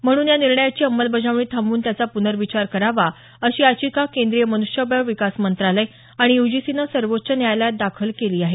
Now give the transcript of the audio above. म्हणून या निर्णयाची अंमलबजावणी थांबवून त्याचा प्नर्विचार करावा अशी याचिका केंद्रीय मनुष्यबळ विकास मंत्रालय आणि यूजीसीनं सर्वोच्च न्यायालयात दाखल केली आहे